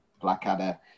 Blackadder